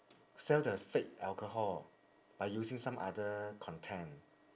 sell the fake alcohol by using some other content